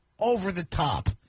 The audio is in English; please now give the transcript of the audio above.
over-the-top